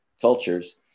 cultures